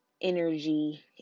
energy